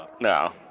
No